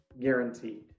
guaranteed